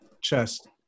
chest